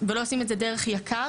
ולא עושים את זה דרך יק"ר,